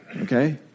Okay